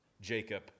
Jacob